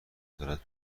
دارد